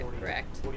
correct